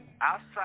Outside